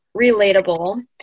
relatable